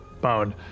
bone